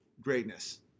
greatness